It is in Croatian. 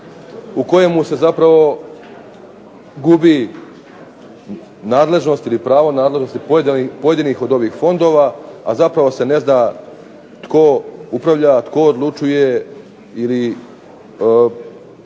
u kojemu se zapravo gubi nadležnost ili pravo nadležnosti pojedinih od ovih fondova, a zapravo se ne zna tko upravlja, a tko odlučuje ili